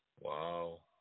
Wow